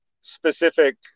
specific